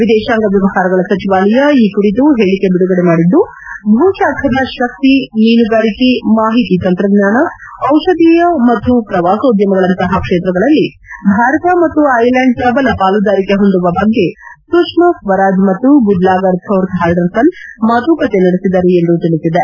ವಿದೇಶಾಂಗ ವ್ಯವಹಾರಗಳ ಸಚಿವಾಲಯ ಈ ಕುರಿತು ಹೇಳಿಕೆ ಬಿಡುಗಡೆ ಮಾಡಿದ್ದು ಭೂಶಾಖದ ಶಕ್ಕಿ ಮೀನುಗಾರಿಕೆ ಮಾಹಿತಿ ತಂತ್ರಜ್ಞಾನ ದಿಷಧೀಯ ಮತ್ತು ಪ್ರವಾಸೋದ್ಧಮಗಳಂತಹ ಕ್ಷೇತ್ರಗಳಲ್ಲಿ ಭಾರತ ಮತ್ತು ಐಲ್ಯಾಂಡ್ ಪ್ರಬಲ ಪಾಲುದಾರಿಕೆ ಹೊಂದುವ ಬಗ್ಗೆ ಸುಷ್ಮಾ ಸ್ವರಾಜ್ ಮತ್ತು ಗುಡ್ಲಾಗರ್ ಥೋರ್ ಥಾರ್ಡರ್ಸನ್ ಮಾತುಕತೆ ನಡೆಸಿದರು ಎಂದು ತಿಳಿಸಿದೆ